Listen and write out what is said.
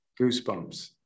goosebumps